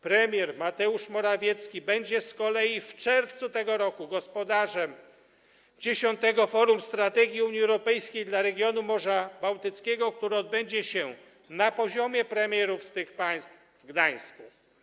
Premier Mateusz Morawiecki będzie z kolei w czerwcu tego roku gospodarzem 10. Forum Strategii Unii Europejskiej dla Regionu Morza Bałtyckiego, które odbędzie się - na poziomie premierów tych państw - w Gdańsku.